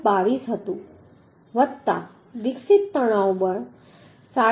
22 હતું વત્તા વિકસિત તણાવ બળ 37